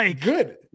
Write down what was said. good